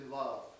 love